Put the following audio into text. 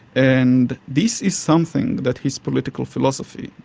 and this is something that his political philosophy,